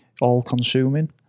all-consuming